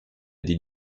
des